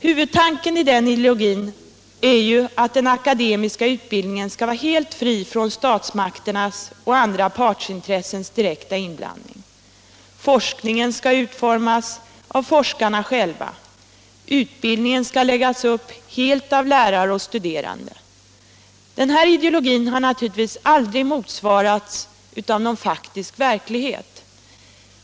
Huvudtanken i den ideologin är ju att den akademiska utbildningen skall vara helt fri från statsmakternas och andra partsintressens direkta inblandning. Forskningen skall utformas av forskarna själva, utbildningen skall läggas upp helt av lärare och studerande. Den här ideologin har naturligtvis aldrig motsvarats av någon faktisk verklighet.